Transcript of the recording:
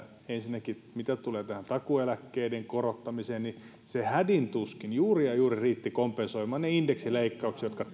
ensinnäkin mitä tulee tähän takuueläkkeiden korottamiseen niin se hädin tuskin juuri ja juuri riitti kompensoimaan ne indeksileikkaukset jotka